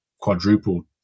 quadrupled